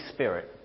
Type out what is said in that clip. Spirit